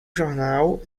jornal